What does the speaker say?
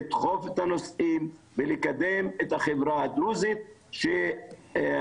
לדחוף את הנושאים ולקדם את החברה הדרוזית שעמדה